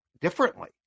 differently